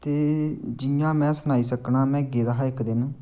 ते जि'यां मैं सनाई सकना मैं गेदा हा एक्क दिन